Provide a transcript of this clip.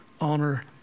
honor